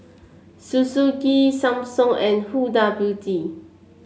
Suzuki Samsung and Huda Beauty